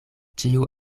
ĉiu